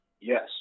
Yes